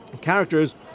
characters